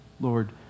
Lord